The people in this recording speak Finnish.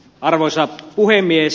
arvoisa puhemies